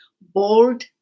bold